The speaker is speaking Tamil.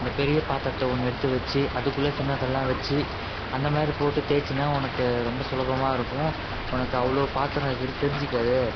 இந்த பெரிய பாத்திரத்த ஒன்று எடுத்து வச்சு அதுக்குள்ளே சின்னதெல்லாம் வச்சு அந்த மாதிரி போட்டு தேய்ச்சினா உனக்கு ரொம்ப சுலபமாக இருக்கும் உனக்கு அவ்வளோ பாத்திரம் இருக்க்றது தெரிஞ்சுக்காது